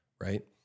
right